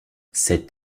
cet